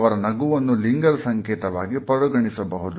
ಅವರು ನಗುವನ್ನು ಲಿಂಗದ ಸಂಕೇತವಾಗಿ ಪರಿಗಣಿಸಬಹುದು